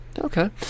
Okay